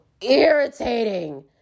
irritating